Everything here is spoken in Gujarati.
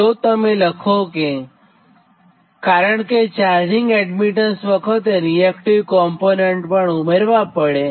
જો તમે લખો કે કારણ કે ચાર્જિંગ એડમીટન્સ વખતે રીએક્ટીવ કોમ્પોટન્ટ પણ ઉમેરવા પડે